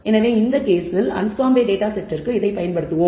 எனவே இந்த கேஸில் அன்ஸ்காம்பே டேட்டா செட்டிற்கு இதைப் பயன்படுத்துவோம்